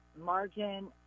margin